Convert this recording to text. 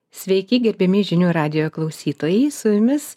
sveiki gerbiami žinių radijo klausytojai su jumis